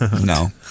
No